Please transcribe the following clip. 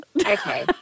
Okay